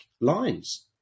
lines